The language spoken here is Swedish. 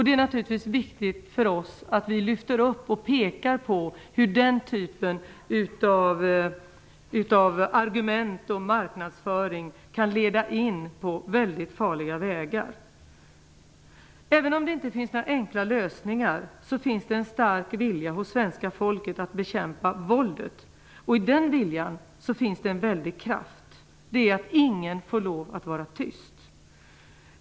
Det är naturligtvis viktigt för oss att vi lyfter upp och pekar på hur den typen av argument och marknadsföring kan leda in på väldigt farliga vägar. Även om det inte finns några enkla lösningar finns det en stark vilja hos svenska folket att bekämpa våldet. I den viljan finns det en väldig kraft, och ingen får lov att vara tyst.